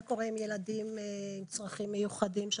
מה קורה עם ילדים עם צרכים מיוחדים.